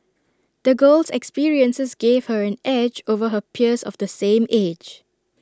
the girl's experiences gave her an edge over her peers of the same age